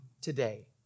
today